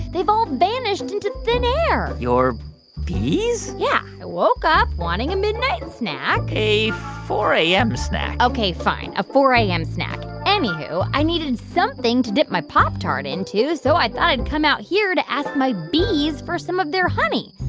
they've all vanished into thin air your bees? yeah. i woke up wanting a midnight snack a four a m. snack ok, fine, a four a m. snack. anywho, i needed something to dip my pop-tart into, so i thought i'd come out here to ask my bees for some of their honey,